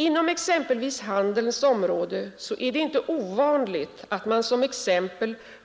Inom exempelvis handelns område är det inte ovanligt att man